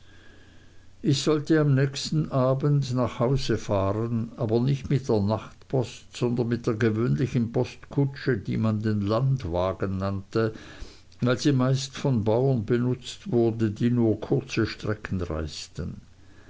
ich sollte am nächsten abend nach hause fahren aber nicht mit der nachtpost sondern mit der gewöhnlichen postkutsche die man den landwagen nannte weil sie meist von bauern benutzt wurde die nur kurze strecken reisten